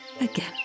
again